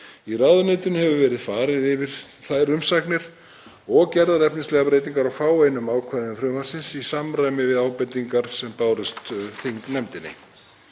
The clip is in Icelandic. Í ráðuneytinu hefur verið farið yfir þær umsagnir og gerðar efnislegar breytingar á fáeinum ákvæðum frumvarpsins í samræmi við ábendingar sem bárust þingnefndinni.